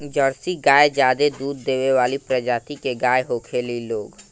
Jersey गाय ज्यादे दूध देवे वाली प्रजाति के गाय होखेली लोग